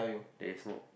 that he smoke